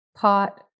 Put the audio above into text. pot